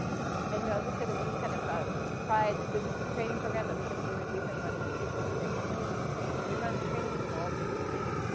it's great, and i will say that we've kind of ah tried with this training program that we've been doing, we've been running some really big twenty week trainings, we run trainings of all different lengths.